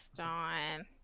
on